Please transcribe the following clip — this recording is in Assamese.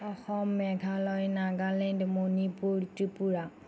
অসম মেঘালয় নাগালেণ্ড মণিপুৰ ত্ৰিপুৰা